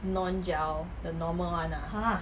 non gel the normal ah